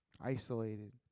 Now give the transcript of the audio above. isolated